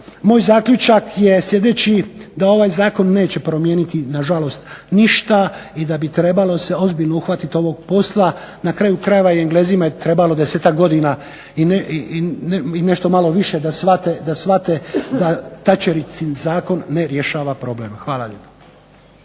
moj zaključak je sljedeći, da ovaj zakon neće promijeniti na žalost ništa, i da bi trebalo se ozbiljno uhvatiti ovog posla, na kraju krajeva i Englezima je trebalo 10-ak godina i nešto malo više da shvate da Thatcherinin zakon ne rješava problem. Hvala lijepa.